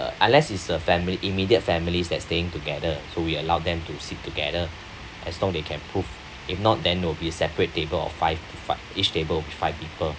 unless it's a fami~ immediate families that staying together so we allow them to sit together as long they can prove if not then no we separate table of five but each table will be five people